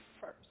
first